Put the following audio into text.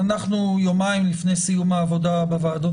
אבל אנחנו יומיים לפני סיום העבודה בוועדות